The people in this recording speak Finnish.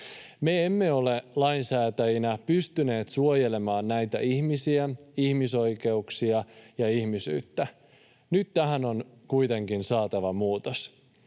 Me emme ole lainsäätäjinä pystyneet suojelemaan näitä ihmisiä, ihmisoikeuksia ja ihmisyyttä. Nyt tähän on kuitenkin saatava muutos.